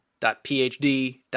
.phd